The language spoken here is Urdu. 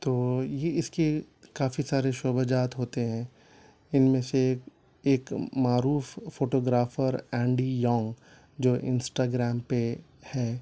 تو یہ اس کی کافی سارے شعبہ جات ہوتے ہیں ان میں سے ایک ایک معروف فوٹوگرافر اینڈی یانگ جو انسٹاگرام پہ ہیں